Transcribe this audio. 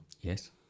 Yes